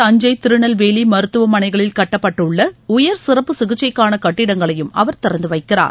தஞ்சை திருநெல்வேலி மருத்தவமனைகளில் கட்டப்பட்டுள்ள உயர் சிறப்பு சிகிச்சைக்கான கட்டிடங்களையும் அவர் திறந்து வைக்கிறார்